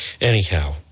Anyhow